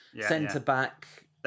centre-back